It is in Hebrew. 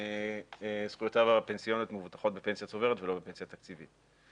זכויותיו הפנסיות מובטחות בפנסיה צוברת ולא בפנסיה תקציבית.